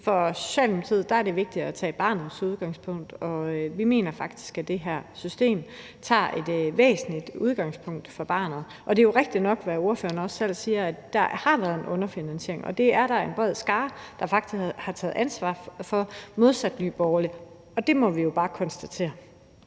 Socialdemokratiet er det vigtigere at tage udgangspunkt i barnet, og vi mener faktisk, at det her system tager væsentlig mere udgangspunkt i barnet. Det er jo rigtigt nok, hvad ordføreren også selv siger, nemlig at der har været en underfinansiering, og det er der en bred skare der faktisk har taget ansvar for, modsat Nye Borgerlige, og det må vi jo bare konstatere.